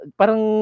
parang